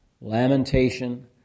Lamentation